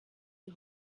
die